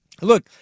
Look